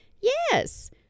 Yes